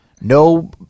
no